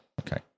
Okay